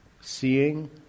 seeing